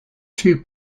two